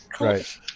Right